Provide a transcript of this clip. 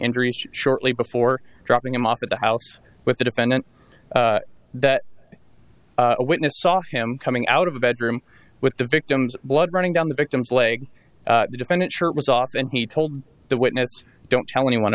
injuries shortly before dropping him off at the house with the defendant that a witness saw him coming out of the bedroom with the victim's blood running down the victim's leg the defendant's shirt was off and he told the witness don't tell anyone